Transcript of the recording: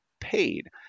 paid